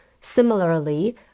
Similarly